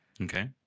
Okay